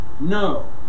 No